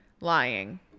Lying